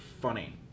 funny